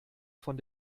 von